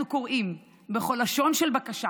אנחנו קוראים בכל לשון של בקשה